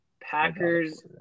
Packers